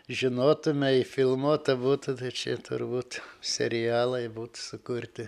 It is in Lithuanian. žinotumei filmuota būtų tai čia turbūt serialai būtų sukurti